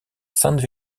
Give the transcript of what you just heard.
sainte